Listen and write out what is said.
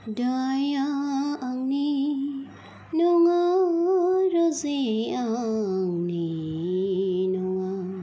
दाइया आंनि नङा रजे आंनि नङा